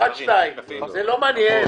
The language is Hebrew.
1.3. אבל זה לא מעניין,